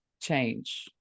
change